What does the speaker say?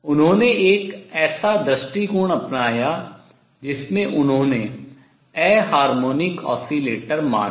उन्होंने एक ऐसा दृष्टिकोण अपनाया जिसमें उन्होंने अहारमोनिक ऑसिलेटर माना